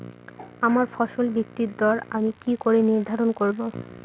আমার ফসল বিক্রির দর আমি কি করে নির্ধারন করব?